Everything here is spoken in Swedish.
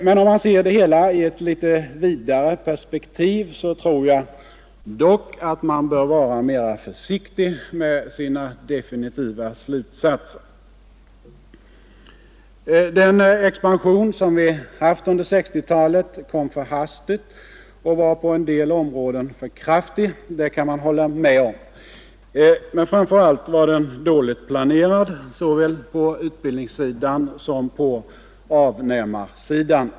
Men om man ser det hela i ett litet vidare perspektiv, tror jag dock att man bör vara mera försiktig med sina definitiva slutsatser. Man kan hålla med om att den expansion som vi haft under 1960-talet kom för hastigt och att den på en del områden var för kraftig. Men framför allt var den dåligt planerad såväl på utbildningssidan som på avnämarsidan.